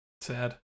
Sad